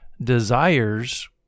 desires